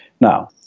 Now